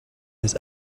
his